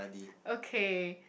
okay